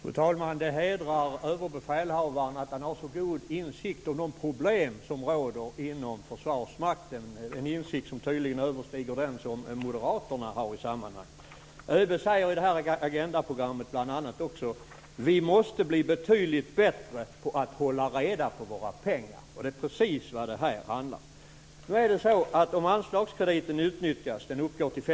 Fru talman! Det hedrar Överbefälhavaren att han har så god insikt om de problem som råder inom Försvarsmakten. Det är en insikt som tydligen överstiger den som moderaterna har i sammanhanget. ÖB sade också i TV-programmet Agenda: Vi måste bli betydligt bättre på att hålla reda på våra pengar. Det är precis vad det här handlar om.